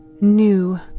new